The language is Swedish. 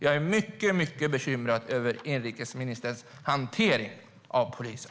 Jag är mycket, mycket bekymrad över inrikesministerns hantering av polisen!